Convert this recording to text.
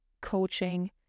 coaching